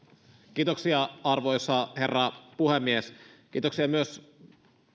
kiitoksia arvoisa herra puhemies kiitoksia myös